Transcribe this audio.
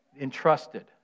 Entrusted